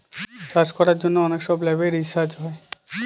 চাষ করার জন্য অনেক সব ল্যাবে রিসার্চ হয়